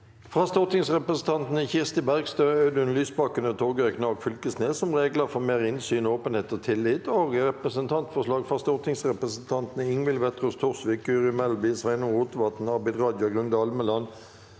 fra stortingsrepresentantene Kirsti Berg- stø, Audun Lysbakken og Torgeir Knag Fylkesnes om regler for mer innsyn, åpenhet og tillit og Representant- forslag fra stortingsrepresentantene Ingvild Wetrhus Thorsvik, Guri Melby, Sveinung Rotevatn, Abid Raja, Grunde Almeland,